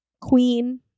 Queen